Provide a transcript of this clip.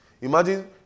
Imagine